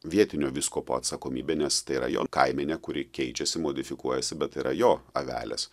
vietinio vyskupo atsakomybė nes tai yra jo kaimenė kuri keičiasi modifikuojasi bet tai yra jo avelės